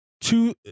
two